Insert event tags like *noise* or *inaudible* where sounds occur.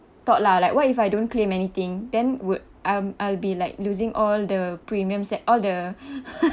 thought lah like what if I don't claim anything then would um I'll be like losing all the premiums that all the *laughs*